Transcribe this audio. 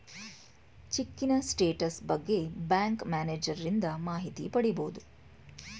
ಚಿಕ್ಕಿನ status ಬಗ್ಗೆ bank ಮ್ಯಾನೇಜರನಿಂದ ಮಾಹಿತಿ ಪಡಿಬೋದು